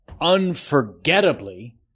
unforgettably